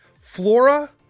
Flora